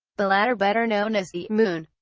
the latter better known as the moon,